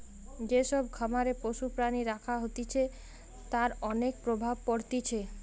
যে সব খামারে পশু প্রাণী রাখা হতিছে তার অনেক প্রভাব পড়তিছে